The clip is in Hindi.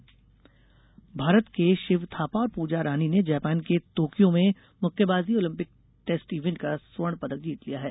मुक्केबाजी भारत के शिव थापा और पूजा रानी ने जापान के तोक्यो में मुक्केबाजी ओलिंपिक टेस्ट इवेंट का स्वर्ण पदक जीत लिया है